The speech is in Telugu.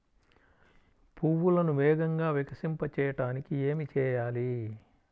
పువ్వులను వేగంగా వికసింపచేయటానికి ఏమి చేయాలి?